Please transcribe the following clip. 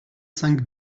cinq